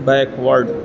backward